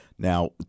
Now